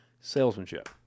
salesmanship